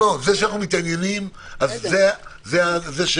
עצמם --- זה שאנחנו מתעניינים זה שלנו.